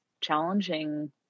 challenging